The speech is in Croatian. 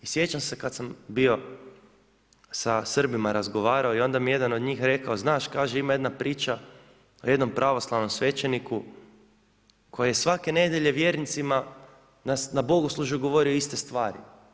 I sjećam se kad sam bio sa Srbima razgovarao i onda mi jedan od njih rekao, znaš ima jedna priča o jednom pravoslavnom svećeniku koji je svake nedjelje vjernicima na bogoslužju govorio iste stvari.